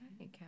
Okay